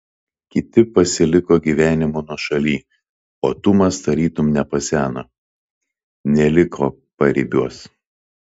kiti pasiliko gyvenimo nuošaly o tumas tarytum nepaseno neliko paribiuos